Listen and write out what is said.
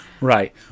Right